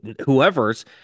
whoever's